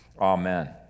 amen